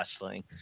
wrestling